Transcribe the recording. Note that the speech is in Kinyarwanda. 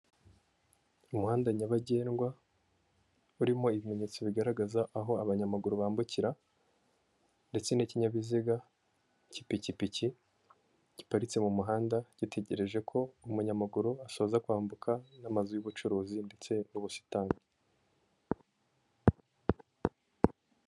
Umuhanda nyabagendwa, urimo ibimenyetso bigaragaza aho abanyamaguru bambukira, ndetse n'ikinyabiziga cy'ipikipiki giparitse mu muhanda gitegereje ko umunyamaguru asoza kwambuka, n'amazu y'ubucuruzi ndetse n'ubusitani.